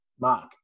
Mark